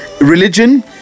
religion